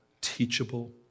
teachable